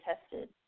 tested